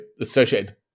Associated